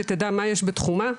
שתדע מה יש בתחומה,